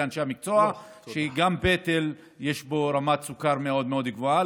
אנשי מקצוע שגם בפטל יש רמת סוכר מאוד מאוד גבוהה,